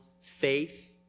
faith